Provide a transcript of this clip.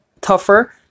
tougher